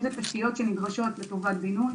אם זה תשתיות שנדרשות לטובת בינוי